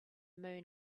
moon